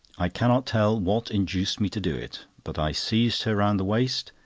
i cannot tell what induced me to do it, but i seized her round the waist,